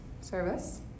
Service